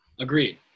Agreed